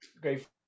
Great